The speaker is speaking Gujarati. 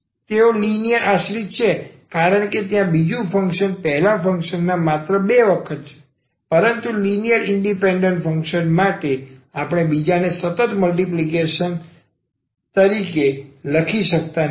તેઓ લિનિયર આશ્રિત છે કારણ કે ત્યાં બીજું ફંક્શન પહેલા ફંક્શનના માત્ર 2 વખત છે પરંતુ લિનિયર ઇન્ડિપેન્ડન્ટ ફંક્શન માટે આપણે બીજાને સતત મલ્ટીપલ તરીકે લખી શકતા નથી